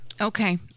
Okay